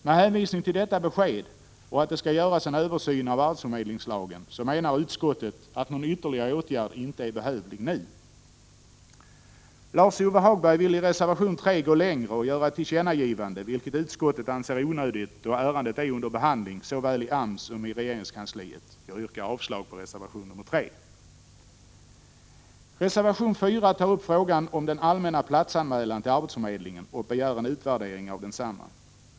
Med hänvisning till detta besked och att det skall göras en översyn av arbetsförmedlingslagen menar utskottet att någon ytterligare åtgärd inte är behövlig nu. Lars-Ove Hagberg vill i reservation 3 gå längre och göra ett tillkännagivande, vilket utskottet anser onödigt då ärendet är under behandling såväl i AMS som i regeringskansliet. Jag yrkar avslag på reservation 3. I reservation 4 tas upp frågan om den allmänna platsanmälan till arbetsförmedlingen och begärs en utvärdering av densamma.